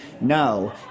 No